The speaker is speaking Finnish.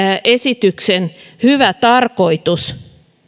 esityksen hyvä tarkoitus